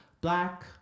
black